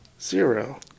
Zero